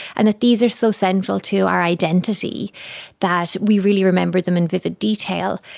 and that these are so central to our identity that we really remember them in vivid detail,